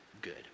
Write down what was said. good